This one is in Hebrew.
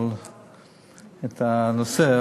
את הנושא,